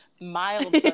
mild